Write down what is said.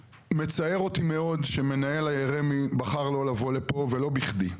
מצער אותי מאוד שמנהל רמ"י בחר לא לבוא לפה ולא בכדי.